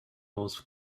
most